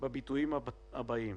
בביטויים הבאים: